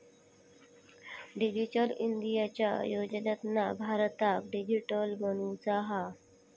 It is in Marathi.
डिजिटल इंडियाच्या योजनेतना भारताक डीजिटली बनवुचा हा